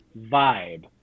vibe